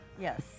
Yes